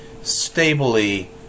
stably